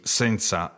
senza